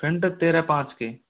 front है तेरह पाँच के